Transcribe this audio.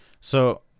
So-